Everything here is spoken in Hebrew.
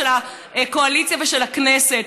של הקואליציה ושל הכנסת,